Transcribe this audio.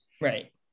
Right